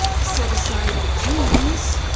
set aside the jeans,